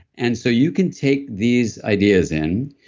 and so you can take these ideas in,